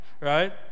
right